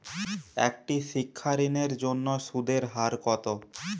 একটি শিক্ষা ঋণের জন্য সুদের হার কত?